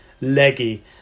leggy